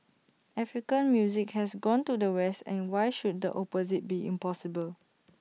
African music has gone to the west and why should the opposite be impossible